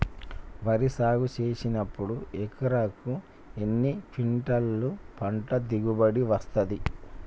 వరి సాగు చేసినప్పుడు ఎకరాకు ఎన్ని క్వింటాలు పంట దిగుబడి వస్తది?